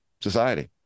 society